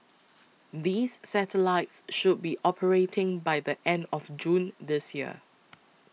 these satellites should be operating by the end of June this year